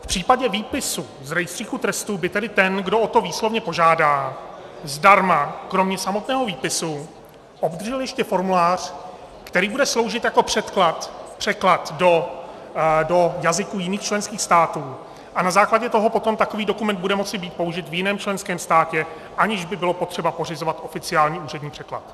V případě výpisu z rejstříku trestů by tedy ten, kdo o to výslovně požádá, zdarma kromě samotného výpisu obdržel ještě formulář, který bude sloužit jako překlad do jazyků jiných členských států, a na základě toho potom takový dokument bude moci být použit v jiném členském státě, aniž by bylo potřeba pořizovat oficiální úřední překlad.